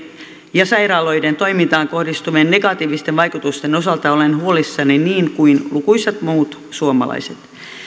ja sairaaloiden toimintaan kohdistuvien negatiivisten vaikutusten osalta olen huolissani niin kuin lukuisat muut suomalaiset